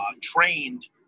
trained